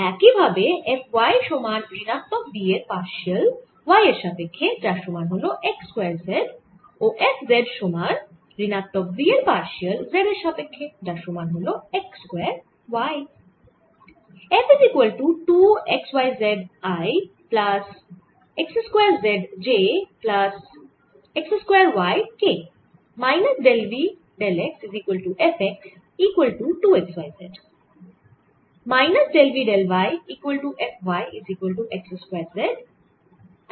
একই ভাবে F y সমান ঋণাত্মক v এর পারশিয়াল y এর সাপেক্ষ্যে যার সমান হল x স্কয়ার z ও F z সমান ঋণাত্মক v এর পারশিয়াল z এর সাপেক্ষ্যে যার সমান হল x স্কয়ার y